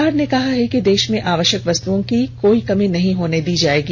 सरकार ने कहा है कि देश में आवश्यक वस्तुओं की कोई कमी नहीं होने दी जाएगी